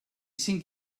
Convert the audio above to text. cinc